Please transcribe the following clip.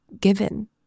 given